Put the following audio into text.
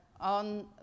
on